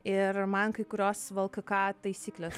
ir man kai kurios vlkk taisyklės